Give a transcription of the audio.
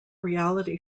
reality